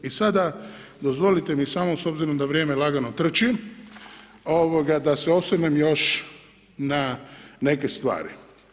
I sada dozvolite mi samo, s obzirom da vrijeme lagano trči, ovoga, da se osvrnem još na neke stvari.